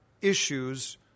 issues